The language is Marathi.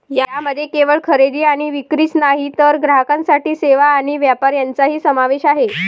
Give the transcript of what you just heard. यामध्ये केवळ खरेदी आणि विक्रीच नाही तर ग्राहकांसाठी सेवा आणि व्यापार यांचाही समावेश आहे